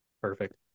Perfect